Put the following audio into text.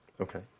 Okay